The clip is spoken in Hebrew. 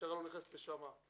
משטרה לא נכנסת לשם.